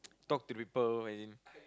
talk to people when in